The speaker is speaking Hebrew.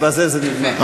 ובזה זה נגמר.